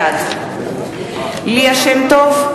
בעד ליה שמטוב,